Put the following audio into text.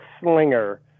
slinger